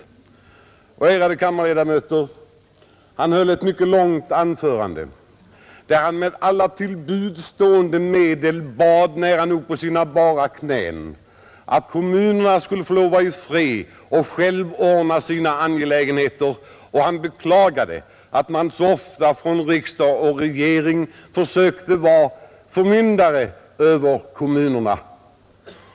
Han höll, ärade kammarledamöter, ett mycket långt anförande i vilket han nära nog på sina bara knän bad att kommunerna skulle få vara i fred och själva ordna sina angelägenheter. Han beklagade att man så ofta från riksdag och regering försökte uppträda som förmyndare över kommunerna.